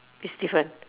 it's different